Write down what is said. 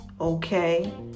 okay